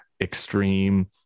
extreme